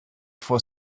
for